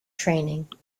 training